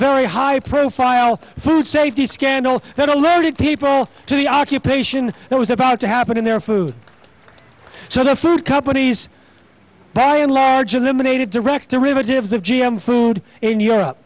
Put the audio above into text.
very high profile food safety scandal that alerted people to the occupation that was about to happen in their food so the food companies by and large eliminated direct the religious of g m food in europe